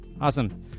awesome